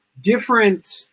different